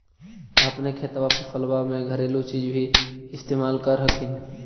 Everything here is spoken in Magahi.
अपने खेतबा फसल्बा मे घरेलू चीज भी इस्तेमल कर हखिन?